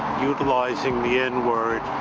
utilizing the n word.